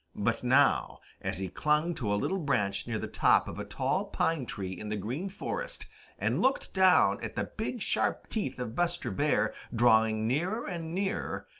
but now as he clung to a little branch near the top of a tall pine-tree in the green forest and looked down at the big sharp teeth of buster bear drawing nearer and nearer,